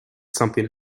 something